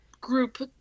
group